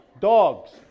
dogs